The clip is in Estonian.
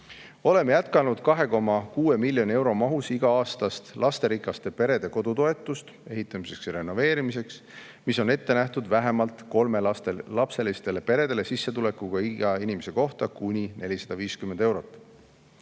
Oleme jätkanud 2,6 miljoni euro mahus iga-aastast lasterikaste perede kodutoetust ehitamiseks ja renoveerimiseks, mis on ette nähtud vähemalt kolmelapselistele peredele sissetulekuga iga inimese kohta kuni 450 eurot.